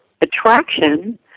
attraction